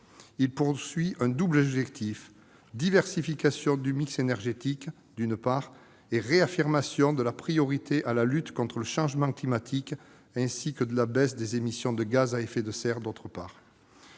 Il poursuit un double objectif : diversification du mix énergétique, d'une part, et réaffirmation de la priorité à la lutte contre le changement climatique et à la baisse des émissions de gaz à effet de serre, d'autre part.